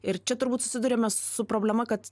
ir čia turbūt susiduriame su problema kad